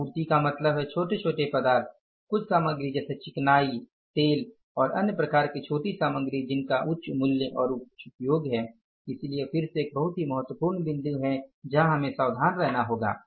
आपूर्ति का मतलब है छोटे छोटे पदार्थ कुछ सामग्री जैसे चिकनाई तेल और अन्य प्रकार की छोटी सामग्री जिनका उच्च मूल्य और उच्च उपयोग हैं इसलिए यह फिर से एक बहुत ही महत्वपूर्ण बिंदु है जहा हमें सावधान रहना होगा